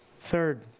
third